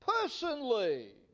personally